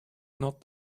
not